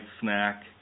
snack